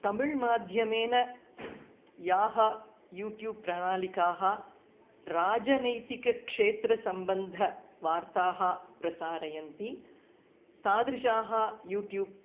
तमिळ्माध्यमेन याः यूट्यूब् प्रणालिकाः राजनैतिकक्षेत्रसम्बन्धाः वार्ताः प्रसारयन्ति तादृशाः यूट्यूब्